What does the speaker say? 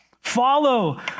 follow